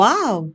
Wow